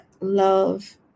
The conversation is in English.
love